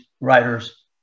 writers